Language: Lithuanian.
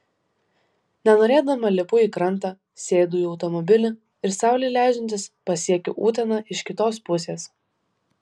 nenorėdama lipu į krantą sėdu į automobilį ir saulei leidžiantis pasiekiu uteną iš kitos pusės